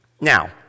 Now